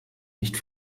nicht